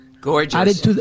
Gorgeous